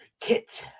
Kit